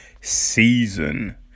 season